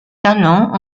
talent